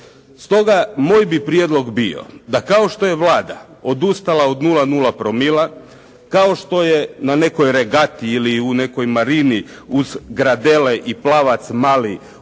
Stoga moj bi prijedlog bio da kao što je Vlada odustala od 0,0 promila, kao što je na nekoj regati ili u nekoj marini uz gradele i „Plavac mali“